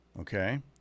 Okay